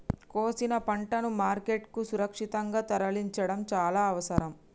కోసిన పంటను మార్కెట్ కు సురక్షితంగా తరలించడం చాల అవసరం